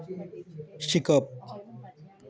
शिकप